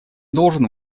должен